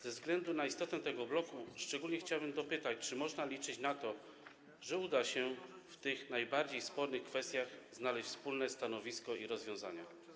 Ze względu na istotę tego bloku szczególnie chciałbym się dopytać: Czy można liczyć na to, że uda się w tych najbardziej spornych kwestiach znaleźć wspólne stanowisko i rozwiązanie?